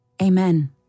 Amen